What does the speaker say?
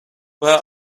where